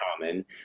common